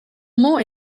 more